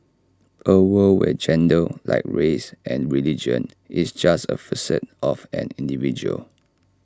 A world where gender like race and religion is just one facet of an individual